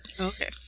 Okay